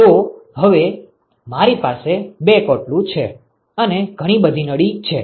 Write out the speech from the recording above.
તો હવે મારી પાસે બે કોટલું છે અને ઘણી બધી નળી છે